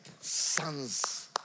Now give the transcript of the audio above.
Sons